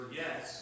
yes